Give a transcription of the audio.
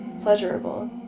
pleasurable